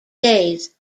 days